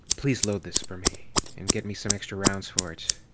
please load this for me. and get me some extra rounds for it.